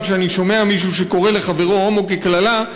שאני שומע מישהו שקורא לחברי הומו כקללה,